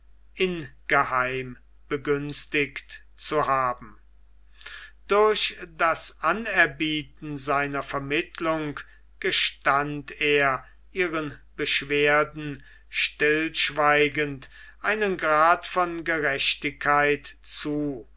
rebellen ingeheim begünstigt zu haben durch das anerbieten seiner vermittlung gestand er ihren beschwerden stillschweigend einen grad von gerechtigkeit zu